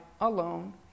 alone